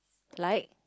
like